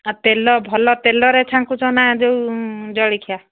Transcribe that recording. ଆଉ ତେଲ ଭଲ ତେଲରେ ଛାଣୁଛ ନା ଯୋଉ ଜଳଖିଆ